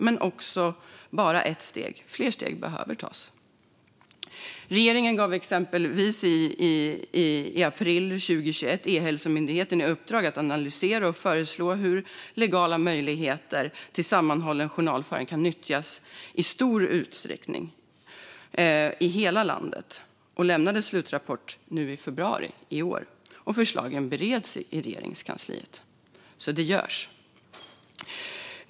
Men de är också bara ett steg; fler steg behöver tas. Regeringen gav exempelvis i april 2021 Ehälsomyndigheten i uppdrag att analysera och föreslå hur legala möjligheter till sammanhållen journalföring kan nyttjas i stor utsträckning i hela landet. Myndigheten lämnade en slutrapport i februari i år, och förslagen bereds i Regeringskansliet. Steg tas alltså.